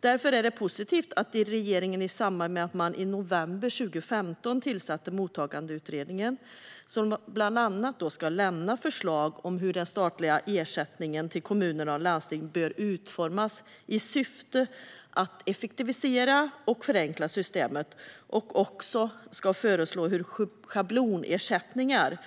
Det är därför positivt att regeringen i november 2015 tillsatte Mottagandeutredningen. Den ska bland annat lämna förslag om hur den statliga ersättningen till kommuner och landsting bör utformas, i syfte att effektivisera och förenkla systemet. Den ska också föreslå hur schablonersättningar